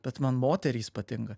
bet man moterys patinka